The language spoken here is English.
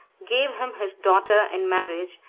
gave him his daughter in marriage,